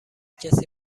کسی